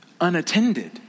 unattended